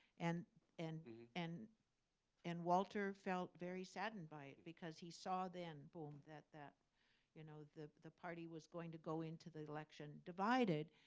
and and and and walter felt very saddened by it because he saw then boom that that you know the the party was going to go into the election divided.